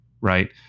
right